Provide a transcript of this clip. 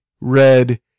red